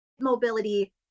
mobility